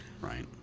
Right